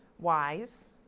Wise